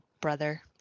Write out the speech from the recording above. brother